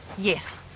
Yes